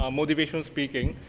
um motivational speaking,